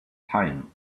time